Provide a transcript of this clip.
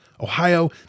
Ohio